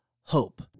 hope